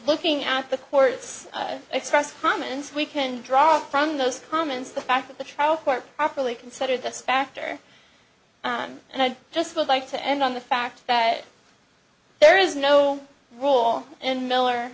looking at the court's express commons we can draw from those comments the fact that the trial court properly considered this factor and i just would like to end on the fact that there is no rule and miller